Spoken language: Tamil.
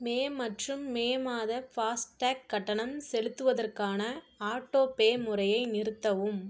மே மற்றும் மே மாத ஃபாஸ்டேக் கட்டணம் செலுத்துவதற்கான ஆட்டோபே முறையை நிறுத்தவும்